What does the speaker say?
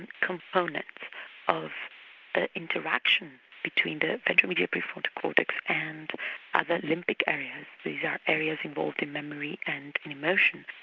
and components of the interaction between the ventral medial pre-frontal cortex and other limbic areas these are areas involved in memory and in emotions